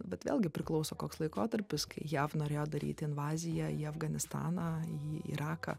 bet vėlgi priklauso koks laikotarpis kai jav norėjo daryt invaziją į afganistaną į iraką